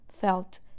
felt